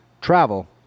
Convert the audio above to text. travel